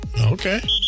Okay